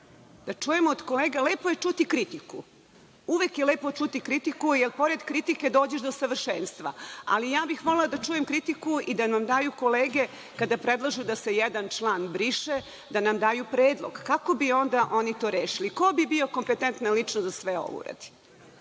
ako nije ministar? Lepo je čuti kritiku, uvek je lepo čuti kritiku, jer pored kritike dođeš do savršenstva. Volela bih da čujem kritiku i da nam kolege kada predlažu da se jedan član briše da nam daju predlog kako bi onda oni to rešili? Ko bi bio kompetentna ličnost da sve ovo uradi? Ovo